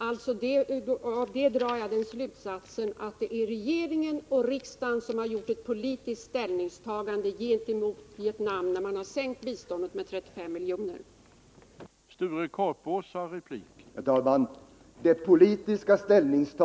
Men av detta drar jag den slutsatsen att regeringen och riksdagen har gjort ett politiskt ställningstagande gentemot Vietnam genom att sänka biståndet med 35 milj.kr.